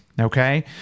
okay